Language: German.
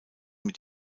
mit